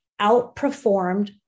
outperformed